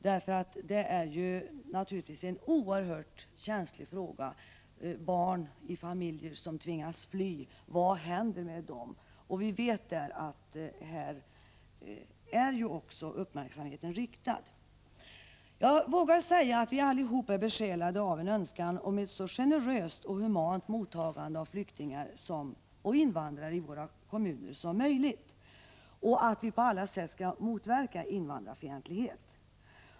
Det är naturligtvis en oerhört känslig fråga: Vad händer med barn i familjer som tvingas fly? Vi vet att uppmärksamheten nu är riktad mot även detta. Jag vågar säga att vi alla är besjälade av en önskan om ett så generöst och humant mottagande av flyktingar och invandrare som möjligt i våra kommuner och att vi på alla sätt skall motverka invandrarfientlighet.